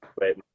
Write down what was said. wait